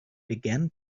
began